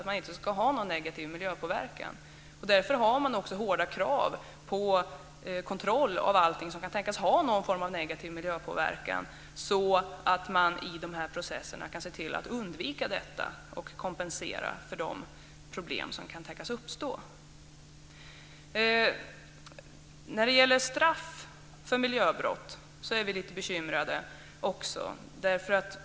Det ska inte vara någon negativ miljöpåverkan. Därför ställs det också hårda krav på kontroll av allt som kan tänkas ha någon form av negativ miljöpåverkan, så att man i processerna kan se till att undvika detta och kompensera för de problem som kan tänkas uppstå. När det gäller straff för miljöbrott är vi också lite bekymrade.